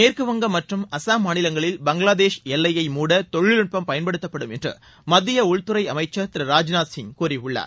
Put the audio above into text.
மேற்கு வங்கம் மற்றும் அசாம் மாநிலங்களில் பங்களாதேஷ் எல்லையை மூட தொழில்நுட்பம் பயன்படுத்தப்படும் என்று மத்திய உள்துறை அமைச்சர் திரு ராஜ்நாத் சிங் கூறியுள்ளார்